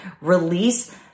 release